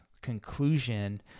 conclusion